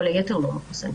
כל היתר לא מחוסנים.